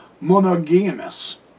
monogamous